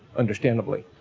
understandably.